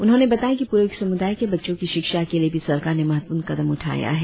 उन्होंने बताया कि प्रोइक सम्दाय के बच्चों की शिक्षा के लिए भी सरकार ने महत्वपूर्ण कदम उठाया है